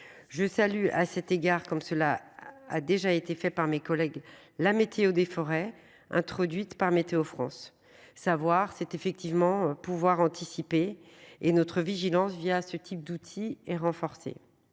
Je salue à cet égard comme cela a déjà été fait par mes collègues la météo des forêts introduite par météo France savoir c'est effectivement pouvoir anticiper et notre vigilance via ce type d'outils et renforcée.